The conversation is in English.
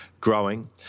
growing